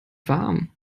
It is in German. warm